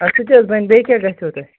آ سُہ تہِ حظ بَنہِ بیٚیہِ کیٛاہ گَژھیو تۄہہِ